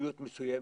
מדיניות מסוימת,